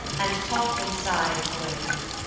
and talked and sighed poetically.